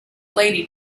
lady